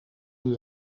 een